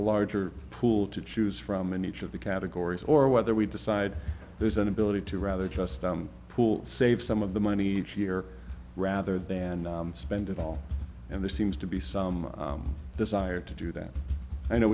larger pool to choose from in each of the categories or whether we decide there's an ability to rather just pool save some of the money each year rather than spend it all and there seems to be some desire to do that i know